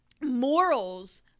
morals